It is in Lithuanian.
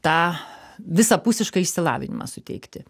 tą visapusišką išsilavinimą suteikti